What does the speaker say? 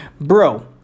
Bro